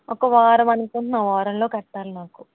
ఒక వారం అనుకున్నాం వారంలో కట్టాలి మాకు